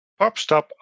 PopStop